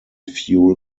fuel